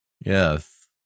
Yes